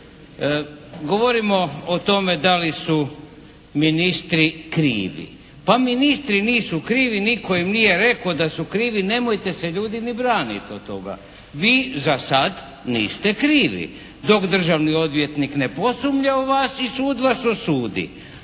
Govorimo o tome da li su ministri krivi. Pa ministri nisu krivi, nitko im nije rekao da su krivi, nemojte se ljutiti ni braniti od toga. Vi zasad niste krivi, dok državni odvjetnik ne posumnja u vas i sud vas osudi,